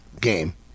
game